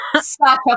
Stop